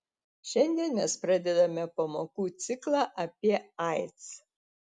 šiandien mes pradedame pamokų ciklą apie aids